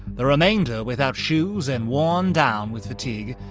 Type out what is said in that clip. the remainder without shoes and worn down with fatigue,